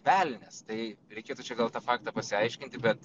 velnias tai reikėtų čia gal tą faktą pasiaiškinti bet